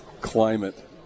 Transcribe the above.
climate